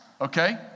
Okay